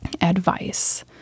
advice